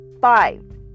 five